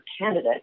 candidate